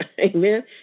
Amen